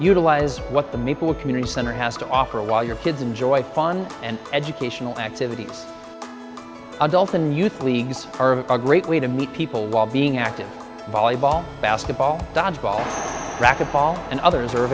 utilize what the maple a community center has to offer while your kids enjoy fun and educational activities adult in youth leagues are a great way to meet people while being active volleyball basketball dodgeball racquetball and others are